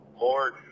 Lord